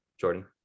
jordan